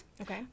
Okay